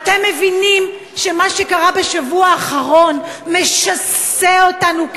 אתם מבינם שמה שקרה בשבוע האחרון משסע אותנו,